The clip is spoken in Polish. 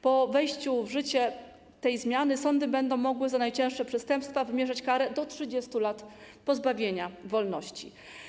Po wejściu w życie tej zmiany sądy będą mogły za najcięższe przestępstwa wymierzyć karę do 30 lat pozbawienia wolności.